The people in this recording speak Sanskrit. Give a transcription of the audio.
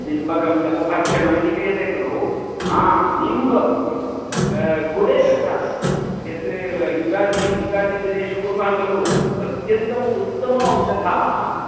निम्बकं दलभक्षणमिति क्रियते खलु हा निम्बं गुडेन साकं यत् युगादि युगादिदिनेषु कुर्मः खलु अत्यन्तम् उत्तम औषधः